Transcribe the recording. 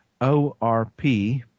ORP